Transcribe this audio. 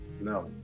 no